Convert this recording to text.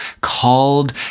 called